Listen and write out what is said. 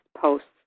posts